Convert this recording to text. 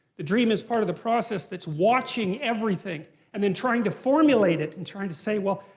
the dream is part of the process that's watching everything and then trying to formulate it and trying to say, well,